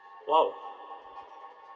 !wow!